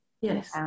yes